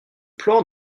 plan